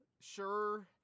sure